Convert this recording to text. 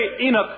Enoch